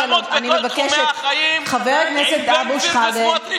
חבר הכנסת אבו שחאדה,